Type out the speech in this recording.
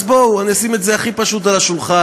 אז בואו, אני אשים את זה הכי פשוט על השולחן: